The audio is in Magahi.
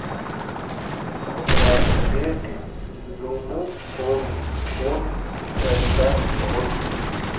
हमरा ऋण लुमू कुन कुन तरीका होचे?